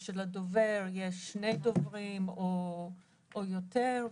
של הדובר יש שני דוברים או יותר,